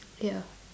ya